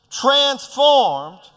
transformed